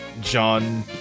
John